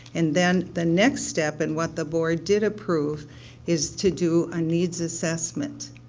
and then the next step and what the board did approve is to do a needs assessment.